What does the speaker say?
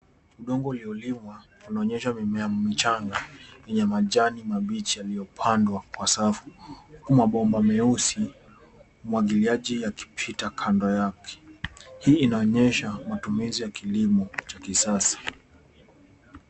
Udongo uliolimwa unaonyesha mimea michanga yenye majani mabichi yaliyopandwa kwa safu huku mabomba meusi, umwagiliaji yakipita kando yake. Hii inaonyesha matumizi ya kilimo cha kisasa.